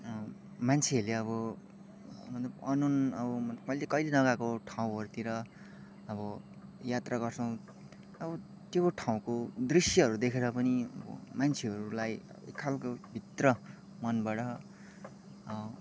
मान्छेहरूले अब मतलब अननोन अबो कहिले कहिले नगएको ठाउँहरूतिर अब यात्रा गर्छौँ अब त्यो ठाउँको दृश्यहरू देखेर पनि मान्छेहरूलाई एक खालको भित्र मनबड